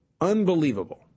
unbelievable